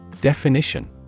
Definition